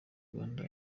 rwanda